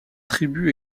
tribu